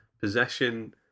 possession